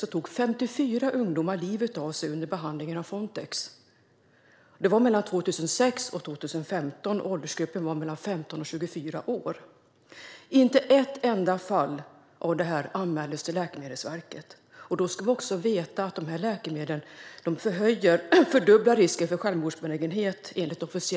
Mellan 2006 och 2015 tog 54 ungdomar i åldersgruppen 15-24 år livet av sig under behandling med Fontex. Inte ett enda fall anmäldes till Läkemedelsverket. Då ska vi också veta att de här läkemedlen enligt officiella varningar fördubblar risken för självmordsbenägenhet.